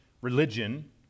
religion